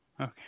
Okay